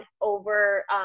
over